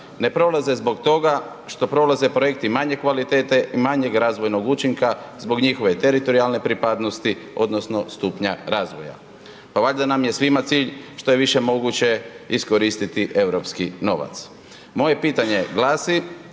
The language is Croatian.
ne prolaze zbog toga što prolaze projekti manje kvalitete i manjeg razvojnog učinka zbog njihove teritorijalne pripadnosti odnosno stupnja razvoja. Pa valjda nam je svima cilj što je više moguće iskoristiti eu novac. Moje pitanje glasi